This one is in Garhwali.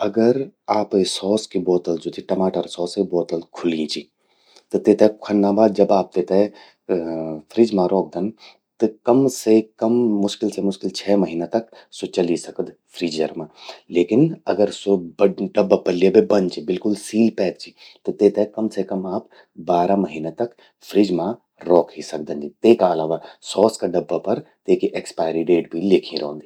अगर आपे सॉस की बोतल ज्वो चि, टमाटर सॉस कि ब्वोतल खुल्यीं चि, त तेते ख्वन्ना बाद तेते फ्रिज मां रौखदन। त कम से कम मुश्किल से मुश्किल छह महीना तक स्वो चलि सकद फ्रीजर मां। लेकिन अगर स्वो डब्बा पल्ये बे बंद चि, बिल्कुल सील पैक चि, त तेते कम से कम आप बारह महीना तक फ्रिज मां रौखी सकदन। तेका अलावा सॉस का डब्बा पर तेकि एक्सपायरी डेट भी ल्येख्यीं रौंदि।